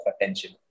attention